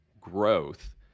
growth